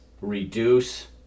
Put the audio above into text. reduce